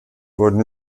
wurden